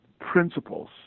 principles